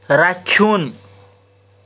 رچھُن